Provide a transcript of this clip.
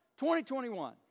2021